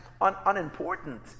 unimportant